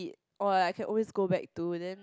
or like I can always go back to then